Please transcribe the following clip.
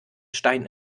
stein